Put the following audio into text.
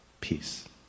peace